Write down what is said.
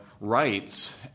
rights